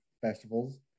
festivals